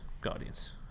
Guardians